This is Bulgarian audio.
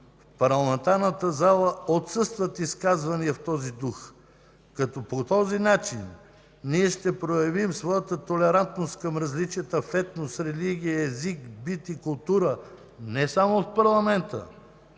в парламентарната зала отсъстват изказвания в този дух, като по този начин ние ще проявим своята толерантност към различията в етнос, религия, език, бит и култура не само в парламента,